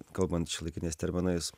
kalbant šiuolaikiniais terminais